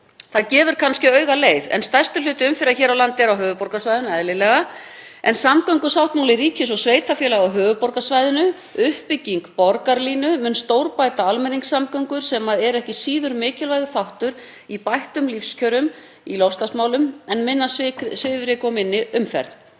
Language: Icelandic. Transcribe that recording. Það gefur kannski augaleið en stærstur hluti umferðar hér á landi er á höfuðborgarsvæðinu, eðlilega, en samgöngusáttmáli ríkis og sveitarfélaga á höfuðborgarsvæðinu, uppbygging borgarlínu, mun stórbæta almenningssamgöngur sem er ekki síður mikilvægur þáttur í bættur lífskjörum en í loftslagsmálum; minna svifryk og minni umferð.